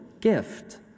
gift